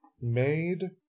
made